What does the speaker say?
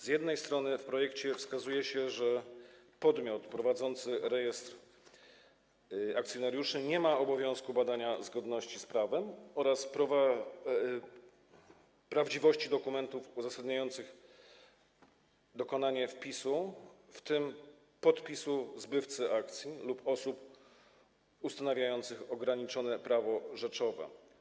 Z jednej strony w projekcie wskazuje się, że podmiot prowadzący rejestr akcjonariuszy nie ma obowiązku badania zgodności z prawem oraz prawdziwości dokumentów uzasadniających dokonanie wpisu, w tym podpisu zbywcy akcji lub osób ustanawiających ograniczone prawo rzeczowe.